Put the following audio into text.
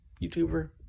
YouTuber